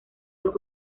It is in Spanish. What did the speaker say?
dos